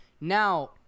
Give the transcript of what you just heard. Now